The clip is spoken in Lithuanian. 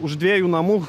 už dviejų namų